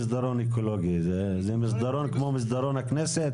זה כמו מסדרון הכנסת?